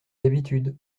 l’habitude